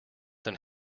than